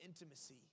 intimacy